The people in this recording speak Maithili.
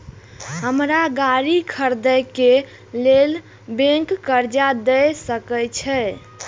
हमरा गाड़ी खरदे के लेल बैंक कर्जा देय सके छे?